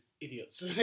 Idiots